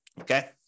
okay